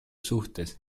suhtes